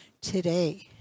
today